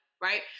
right